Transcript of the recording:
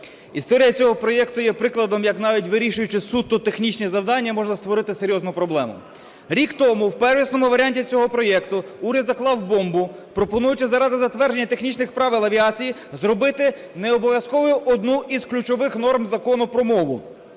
Історія цього проекту є прикладом, як, навіть вирішуючи суто технічні завдання, можна створити серйозну проблему. Рік тому в первісному варіанті цього проекту уряд заклав бомбу, пропонуючи заради затвердження технічних правил авіації зробити необов'язковою одну із ключових норм Закону про мову: